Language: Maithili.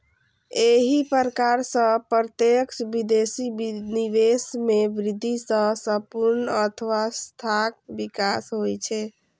एहि प्रकार सं प्रत्यक्ष विदेशी निवेश मे वृद्धि सं संपूर्ण अर्थव्यवस्थाक विकास होइ छै